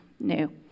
new